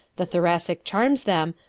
the thoracic charms them,